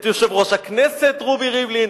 את יושב-ראש הכנסת רובי ריבלין,